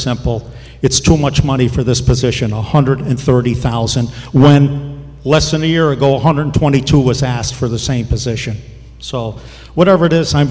simple it's too much money for this position a hundred and thirty thousand when less than a year ago a hundred twenty two was asked for the same position so whatever it is i